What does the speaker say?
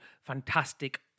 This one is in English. fantastic